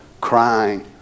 crying